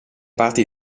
parti